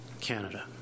Canada